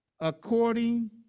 according